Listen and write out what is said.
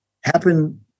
happen